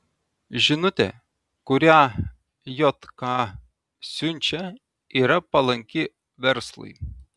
žinutė kurią jk siunčia yra palanki verslui